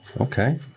Okay